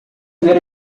ver